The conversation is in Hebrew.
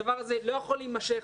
הדבר הזה לא יכול להימשך.